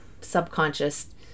subconscious